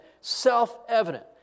self-evident